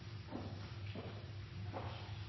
Hansen.